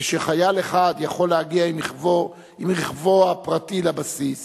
כשחייל אחד יכול להגיע עם רכבו הפרטי לבסיס